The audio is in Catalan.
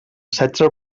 setze